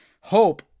hope